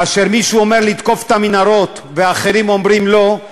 כאשר מישהו אומר לתקוף את המנהרות ואחרים אומרים לא,